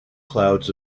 clouds